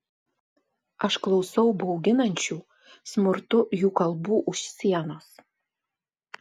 aš klausau bauginančių smurtu jų kalbų už sienos